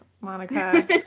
Monica